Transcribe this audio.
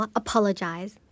apologize